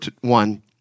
one